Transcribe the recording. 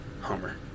hummer